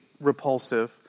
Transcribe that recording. repulsive